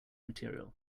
material